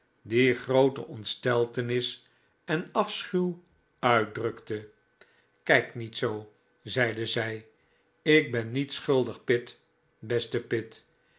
die groote ontsteltenis en afschuw uitdrukte kijk niet zoo zeide zij ik ben niet schuldig pitt beste pitt